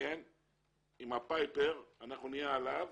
עם הפייפר אנחנו נהיה עליו